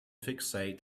fixate